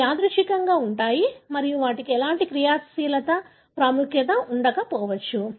అవి యాదృచ్ఛికంగా ఉంటాయి మరియు వాటికి ఎలాంటి క్రియాత్మక ప్రాముఖ్యత ఉండకపోవచ్చు